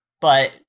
but-